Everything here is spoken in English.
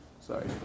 Sorry